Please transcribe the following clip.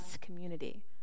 community